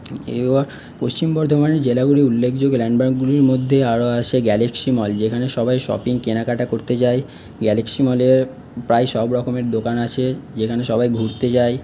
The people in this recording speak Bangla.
পশ্চিম বর্ধমানের জেলাগুলির উল্লেখযোগ্য ল্যান্ডমার্কগুলির মধ্যে আরও আছে গ্যালেক্সি মল যেখানে সবাই শপিং কেনাকাটা করতে যায় গ্যালেক্সি মলে প্রায় সব রকমের দোকান আছে যেখানে সবাই ঘুরতে যায়